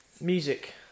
music